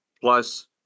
plus